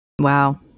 wow